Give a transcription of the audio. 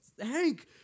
Hank